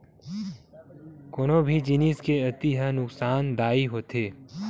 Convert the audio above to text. कोनो भी जिनिस के अति ह नुकासानदायी होथे